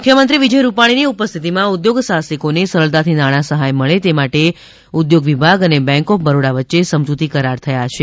એમ મુખ્યમંત્રી વિજય રૂપાણી ઉપસ્થિતીમાં ઉધોગસાહસિકોને સરળતાથી નાણાં સહાય મળે તે માટે ઉધોગ વિભાગ અને બેંક ઓફ બરોડા વચ્ચે સમજૂતી કરાર થયાં છે